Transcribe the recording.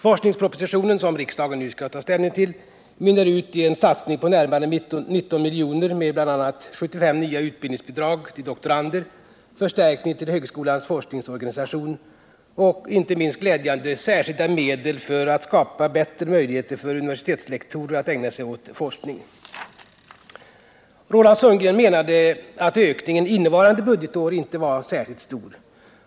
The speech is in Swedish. Forskningspropositionen, som riksdagen nu skall ta ställning till, mynnar ut ien satsning på närmare 19 milj.kr. med bl.a. 75 nya utbildningsbidrag till doktorander, förstärkning till högskolans forskningsorganisation och, inte minst glädjande, särskilda medel för att skapa bättre möjligheter för universitetslektorer att ägna sig åt forskning. Roland Sundgren menade att ökningen innevarande budgetår inte var särskilt stor.